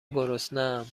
گرسنهام